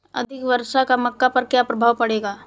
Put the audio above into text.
अधिक वर्षा का मक्का पर क्या प्रभाव पड़ेगा?